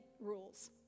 rules